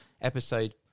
episode